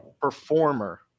performer